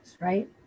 right